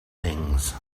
things